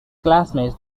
classmates